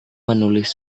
menulis